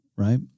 Right